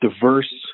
diverse